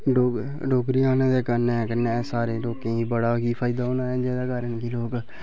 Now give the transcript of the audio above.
डोगरी आह्लें दे कन्नै कन्नै सारें ई लोकें ई बड़ा गै फायदा होना ऐ